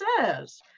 says